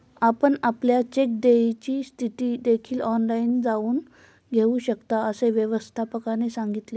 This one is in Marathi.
आपण आपल्या चेक देयची स्थिती देखील ऑनलाइन जाणून घेऊ शकता, असे व्यवस्थापकाने सांगितले